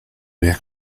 jak